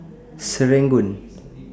Serangoon